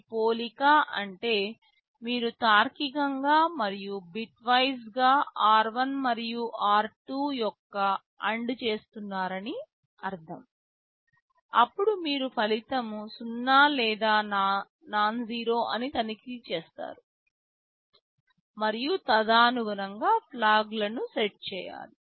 ఈ పోలిక అంటే మీరు తార్కికంగా మరియు బిట్వైస్గా r1 మరియు r2 యొక్క AND చేస్తున్నారని అర్థం అప్పుడు మీరు ఫలితం 0 లేదా నాన్జెరో అని తనిఖీ చేస్తారు మరియు తదనుగుణంగా ఫ్లాగ్ లను సెట్ చేయాలి